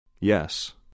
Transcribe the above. Yes